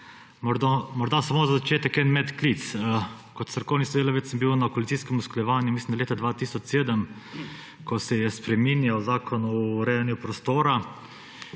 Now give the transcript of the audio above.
Morda samo za začetek en medklic. Kot strokovni sodelavec sem bil na koalicijskem usklajevanju, mislim da, leta 2007, ko se je spreminjal Zakon o urejanju prostora,